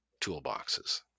toolboxes